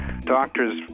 Doctors